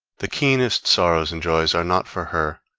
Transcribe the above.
the keenest sorrows and joys are not for her,